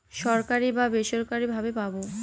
সরকারি বা বেসরকারি ভাবে পাবো